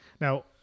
Now